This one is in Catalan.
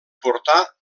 portar